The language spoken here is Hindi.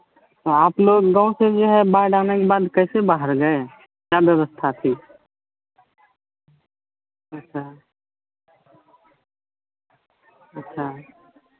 तो आप लोग गाँव से जो है बाढ़ आने के बाद कैसे बाहर गए क्या व्यवस्था थी अच्छा अच्छा